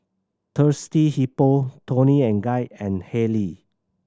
Thirsty Hippo Toni and Guy and Haylee